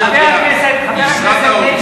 חבר הכנסת מאיר שטרית,